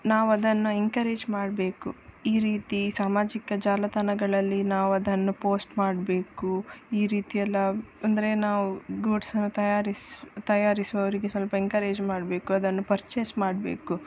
ನಾವದನ್ನು ಎನ್ಕರೇಜ್ ಮಾಡಬೇಕು ಈ ರೀತಿ ಸಾಮಾಜಿಕ ಜಾಲತಾಣಗಳಲ್ಲಿ ನಾವದನ್ನು ಪೋಸ್ಟ್ ಮಾಡಬೇಕು ಈ ರೀತಿಯೆಲ್ಲ ಅಂದರೆ ನಾವು ಗೂಡ್ಸನ್ನು ತಯಾರಿಸ ತಯಾರಿಸುವವರಿಗೆ ಸ್ವಲ್ಪ ಎನ್ಕರೇಜ್ ಮಾಡಬೇಕು ಅದನ್ನು ಪರ್ಚೇಸ್ ಮಾಡಬೇಕು